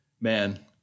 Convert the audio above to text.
man